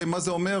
מה זה אומר,